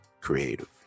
creative